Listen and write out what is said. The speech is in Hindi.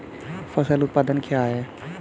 फसल उत्पादन क्या है?